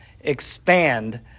expand